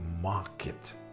market